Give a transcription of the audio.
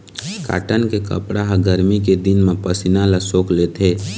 cotton के कपड़ा ह गरमी के दिन म पसीना ल सोख लेथे